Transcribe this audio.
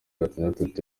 batandatu